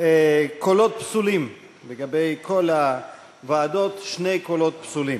קולות פסולים, לגבי כל הוועדות, שני קולות פסולים.